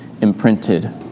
imprinted